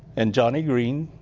an johnny green,